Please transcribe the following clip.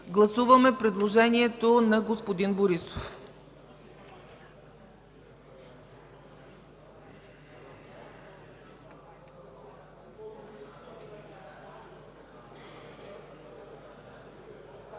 Гласуваме предложението на господин Борисов. Гласували